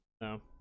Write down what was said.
no